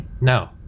no